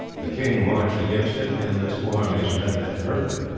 the king marched against him, and the two armies met at merton.